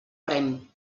rem